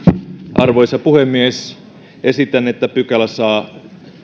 arvoisa puhemies esitän että pykälä saa